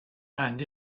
and